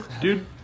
Dude